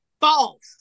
False